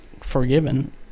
forgiven